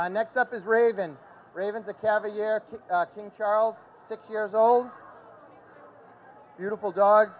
i next up is ravens ravens a cavalier king charles six years old beautiful dog